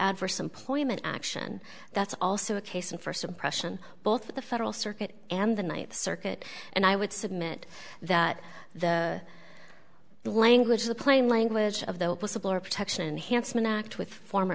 adverse employment action that's also a case of first impression both the federal circuit and the night circuit and i would submit that the language of the plain language of the whistleblower protection hanson act with former